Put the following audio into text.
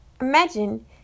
Imagine